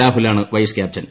രാഹുലാണ് vice captain